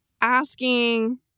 Asking